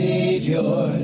Savior